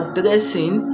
dressing